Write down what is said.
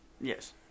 Yes